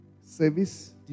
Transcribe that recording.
service